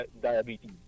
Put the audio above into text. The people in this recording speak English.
diabetes